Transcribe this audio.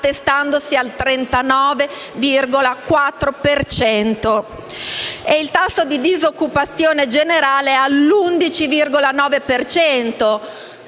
attestandosi al 39,4 per cento, e il tasso di disoccupazione generale è all'11,9